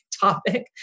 topic